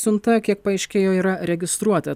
siunta kiek paaiškėjo yra registruota